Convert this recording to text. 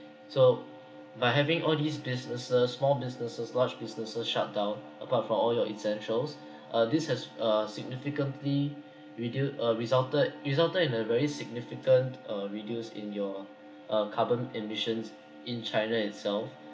so by having all these businesses small businesses large businesses shutdown apart from all your essentials uh this has uh significantly reduce uh resulted resulted in a very significant uh reduce in your uh carbon emissions in china itself